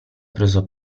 preso